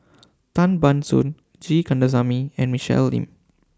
Tan Ban Soon G Kandasamy and Michelle Lim